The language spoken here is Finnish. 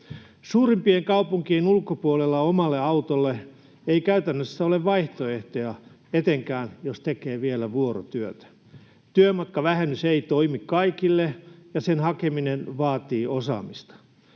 Suurimpien kaupunkien ulkopuolella omalle autolle ei käytännössä ole vaihtoehtoja, etenkään jos tekee vielä vuorotyötä. Työmatkavähennys ei toimi kaikille, ja sen hakeminen vaatii osaamista.